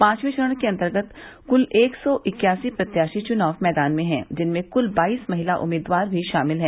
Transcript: पांववें चरण के अन्तर्गत कुल एक सौ इक्यासी प्रत्याशी चुनाव मैदान में है जिनमें कुल बाईस महिला उम्मीदवार भी शामिल हैं